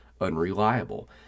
unreliable